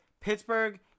pittsburgh